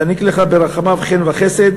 יעניק לך ברחמיו חן וחסד,